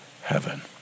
heaven